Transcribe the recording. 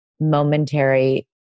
momentary